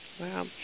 Wow